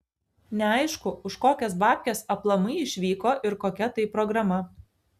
neaišku už kokias babkes aplamai išvyko ir kokia tai programa